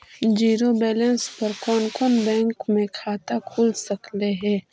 Zero balance पर कोन कोन बैंक में खाता खुल सकले हे?